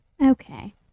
Okay